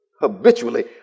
habitually